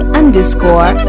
underscore